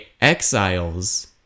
exiles